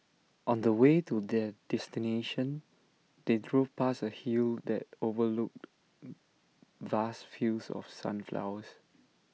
on the way to their destination they drove past A hill that overlooked vast fields of sunflowers